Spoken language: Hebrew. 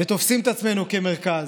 ותופסים את עצמנו כמרכז,